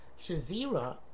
Shazira